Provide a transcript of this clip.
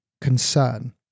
concern